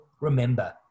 remember